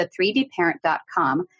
the3dparent.com